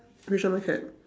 fisherman cap